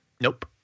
Nope